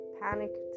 panicked